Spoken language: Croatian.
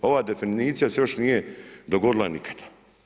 Ova definicija se još nije dogodila nikada.